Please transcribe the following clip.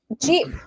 Jeep